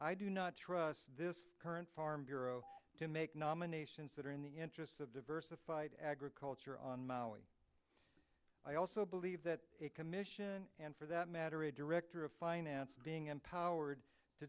i do not trust this current farm bureau to make nominations that are in the interests of diversified agriculture on maui i also believe that a commission and for that matter a director of finance being empowered to